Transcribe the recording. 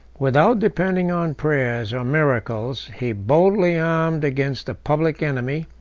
without depending on prayers or miracles, he boldly armed against the public enemy,